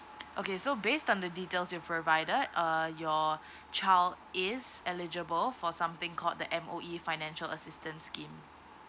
okay so based on the details you've provided uh your child is eligible for something called the M_O_E financial assistance scheme